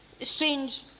strange